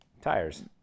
tires